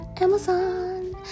Amazon